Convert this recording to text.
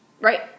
Right